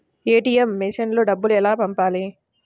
ATM మెషిన్లో డబ్బులు ఎలా పంపాలి?